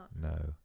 No